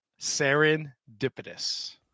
serendipitous